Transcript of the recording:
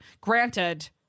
Granted